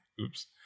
oops